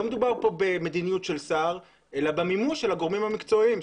לא מדובר פה במדיניות של שר אלא במימוש של הגורמים המקצועיים,